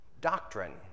doctrine